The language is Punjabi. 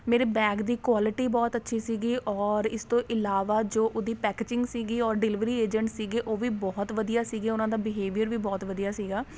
ਮੇਰੇ ਬੈਗ ਦੀ ਕੁਆਲਿਟੀ ਬਹੁਤ ਅੱਛੀ ਸੀਗੀ ਔਰ ਇਸ ਤੋਂ ਇਲਾਵਾ ਜੋ ਉਹਦੀ ਪੈਕੇਜਿੰਗ ਸੀਗੀ ਓਰ ਡਿਲਵਰੀ ਏਜੰਟ ਸੀਗੇ ਉਹ ਵੀ ਬਹੁਤ ਵਧੀਆ ਸੀਗੇ ਉਹਨਾਂ ਦਾ ਬਿਹੇਵੀਅਰ ਵੀ ਬਹੁਤ ਵਧੀਆ ਸੀਗਾ